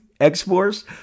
X-Force